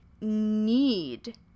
need